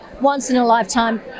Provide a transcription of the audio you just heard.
once-in-a-lifetime